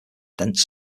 dense